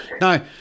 No